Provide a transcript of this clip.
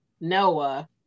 noah